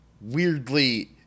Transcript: weirdly